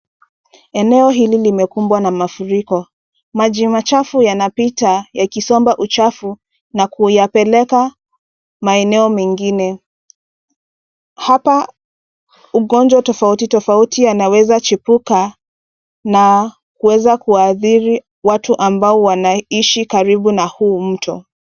Eneo hili limekumbwa na mafuriko. Maji machafu yanapita yakisomba uchafu na kuyapeleka maeneo mengine. Hapa ugonjwa tofauti tofauti yanaweza chipuka na kuweza kuathiri watu ambao wanaishi karibu na huu mto.